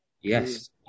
Yes